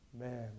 Man